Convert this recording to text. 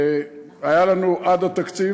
היה לנו עד התקציב,